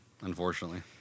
unfortunately